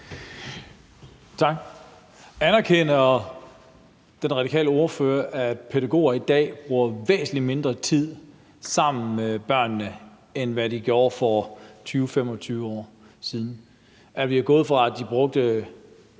Tak. Anerkender den radikale ordfører, at pædagoger i dag bruger væsentlig mindre tid sammen med børnene, end hvad de gjorde for 20-25 år siden, at vi er gået fra, at de brugte